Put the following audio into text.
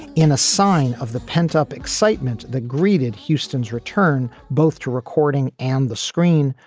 in a sign of the pent up excitement that greeted houston's return both to recording and the screen,